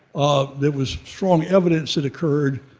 there was strong evidence it occurred.